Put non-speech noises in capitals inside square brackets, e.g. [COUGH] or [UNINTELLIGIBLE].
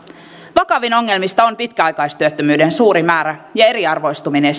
vakavin ongelmista on pitkäaikaistyöttömyyden suuri määrä ja eriarvoistumisen [UNINTELLIGIBLE]